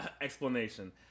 explanation